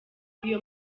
iyo